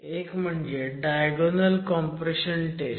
एक म्हणजे diagonal compression taste